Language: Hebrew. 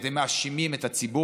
כי אתם מאשימים את הציבור,